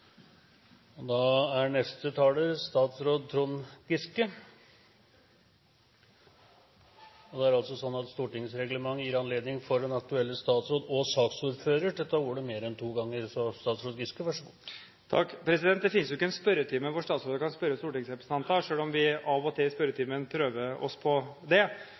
det. Da er neste taler statsråd Trond Giske. Stortingsreglementet gir anledning for den aktuelle statsråd og saksordfører til å ta ordet mer enn to ganger. Det finnes jo ikke en spørretime der statsråder kan spørre stortingsrepresentanter, selv om vi av og til i spørretimen prøver oss på det.